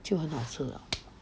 就很好吃了